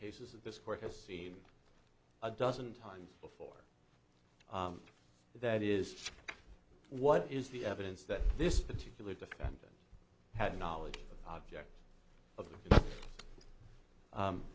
cases of this court has seen a dozen times before that is what is the evidence that this particular defendant had knowledge of object of